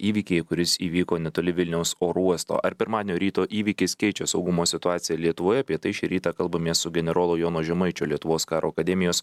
įvykį kuris įvyko netoli vilniaus oro uosto ar pirmadienio ryto įvykis keičia saugumo situaciją lietuvoje apie tai šį rytą kalbamės su generolo jono žemaičio lietuvos karo akademijos